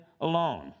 alone